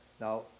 now